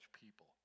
people